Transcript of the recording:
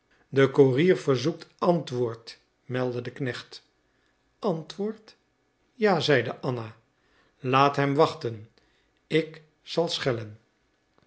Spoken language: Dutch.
de koerier verzoekt antwoord meldde de knecht antwoord ja zeide anna laat hem wachten ik zal schellen